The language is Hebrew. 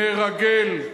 מרגל.